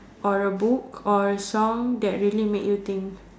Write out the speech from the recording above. or a book or a song that really make you think